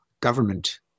government